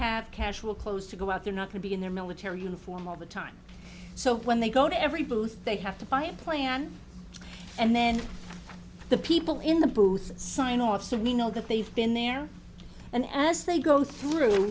have casual clothes to go out they're not going to be in their military uniform all the time so when they go to every booth they have to buy a plan and then the people in the booth sign off so we know that they've been there and as they go through